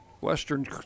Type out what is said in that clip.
Western